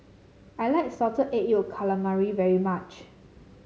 I like Salted Egg Yolk Calamari very much